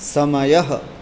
समयः